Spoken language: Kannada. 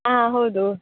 ಹಾಂ ಹೌದು